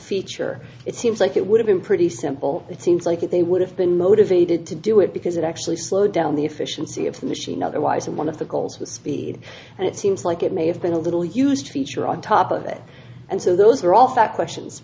feature it seems like it would have been pretty simple it seems like they would have been motivated to do it because it actually slowed down the efficiency of the machine otherwise and one of the goals was speed and it seems like it may have been a little used feature on top of it and so those are all fat questions